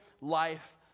life